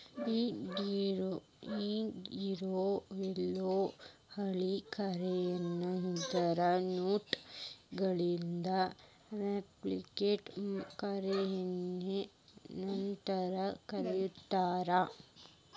ಇಗಿರೊ ಯೆಲ್ಲಾ ಹಾಳಿ ಕರೆನ್ಸಿ ಅಂದ್ರ ನೋಟ್ ಗೆಲ್ಲಾ ಫಿಯಟ್ ಕರೆನ್ಸಿ ಅಂತನ ಕರೇತಾರ